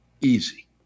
Easy